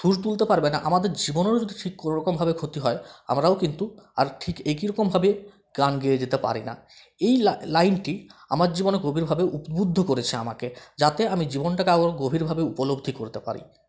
সুর তুলতে পারবে না আমাদের জীবনের কোনো রকমভাবে ক্ষতি হয় আমরাও কিন্তু ঠিক একই রকমভাবে গান গেয়ে যেতে পারি না এই লাইনটি আমার জীবনে গভীরভাবে উদ্বুদ্ধ করেছে আমাকে যাতে আমি জীবনটাকে আরও গভীরভাবে উপলব্ধি করতে পারি